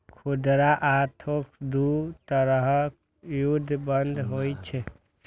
खुदरा आ थोक दू तरहक युद्ध बांड होइ छै